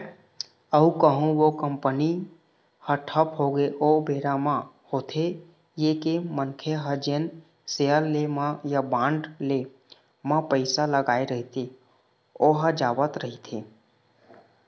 अउ कहूँ ओ कंपनी ह ठप होगे ओ बेरा म होथे ये के मनखे ह जेन सेयर ले म या बांड ले म पइसा लगाय रहिथे ओहा जावत रहिथे